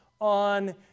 on